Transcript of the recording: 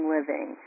Living